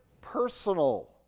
personal